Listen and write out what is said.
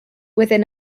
within